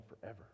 forever